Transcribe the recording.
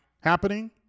happening